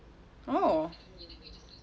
oh